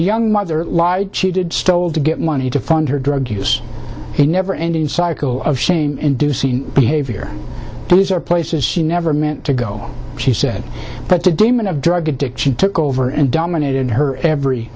young mother lied cheated stole to get money to fund her drug use he never ending cycle of shame inducing behavior these are places she never meant to go she said but the demon of drug addiction took over and dominated her every